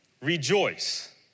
rejoice